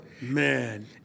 Man